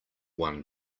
one